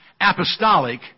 apostolic